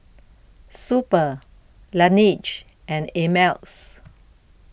Super Laneige and Ameltz